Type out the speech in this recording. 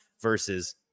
versus